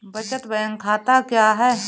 बचत बैंक खाता क्या है?